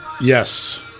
Yes